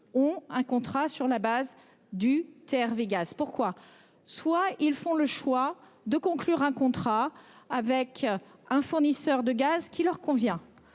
Ont un contrat sur la base du TRV gaz. Pourquoi. Soit ils font le choix de conclure un contrat avec un fournisseur de gaz qui leur convient.